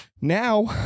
Now